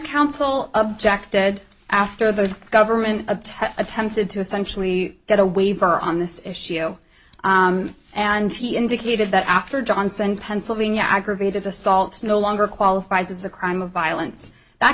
counsel of jack ted after the government of attempted to essentially get a waiver on this issue and he indicated that after johnson pennsylvania aggravated assaults no longer qualifies as a crime of violence that